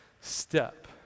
step